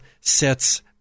sets